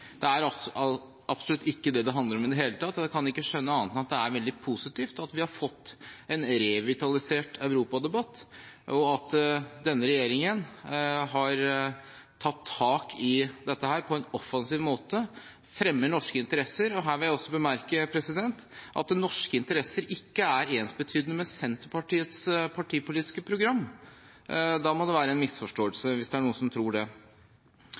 Det er absolutt ikke det dette handler om. Jeg kan ikke skjønne annet enn at det er veldig positivt at vi har fått en revitalisert europadebatt, og at denne regjeringen har tatt tak i dette på en offensiv måte og fremmer norske interesser. Her vil jeg også bemerke at norske interesser ikke er ensbetydende med Senterpartiets partipolitiske program. Det må være en misforståelse hvis det er noen som tror det.